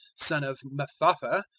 son of mattatha,